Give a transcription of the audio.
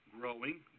growing